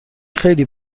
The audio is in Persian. خیلی